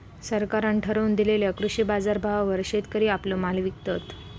सरकारान ठरवून दिलेल्या कृषी बाजारभावावर शेतकरी आपलो माल विकतत